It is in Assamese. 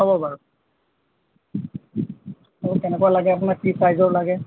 হ'ব বাৰু কেনেকুৱা লাগে আপোনাক কি চাইজৰ লাগে